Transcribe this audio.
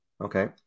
okay